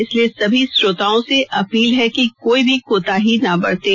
इसलिए सभी श्रोताओं से अपील है कि कोई भी कोताही ना बरतें